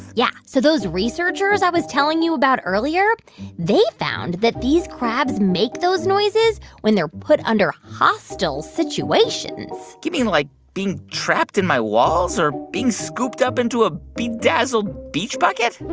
yeah. so those researchers i was telling you about earlier they found that these crabs make those noises when they're put under hostile situations you mean, like, being trapped in my walls or being scooped up into a bedazzled beach bucket?